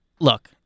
look